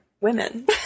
women